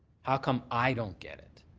how come i don't get it?